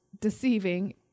deceiving